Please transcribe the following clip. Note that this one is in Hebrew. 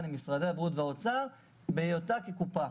עם משרדי הבריאות והאוצר בהיותה כקופה.